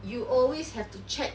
you always have to check